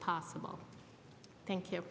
possible thank you